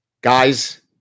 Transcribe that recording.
Guys